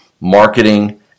marketing